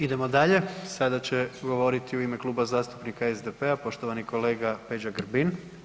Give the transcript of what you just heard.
Idemo dalje, sada će govoriti u ime Kluba zastupnika SDP-a poštovani kolega Peđa Grbin.